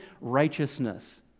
righteousness